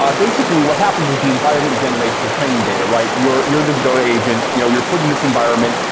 ah basically what happens is the environment generates your training data, right? your your this dota agent, you know you're putting this environment,